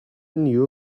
new